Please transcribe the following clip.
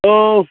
hello